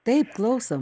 taip klausom